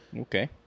Okay